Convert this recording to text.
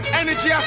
energy